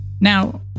Now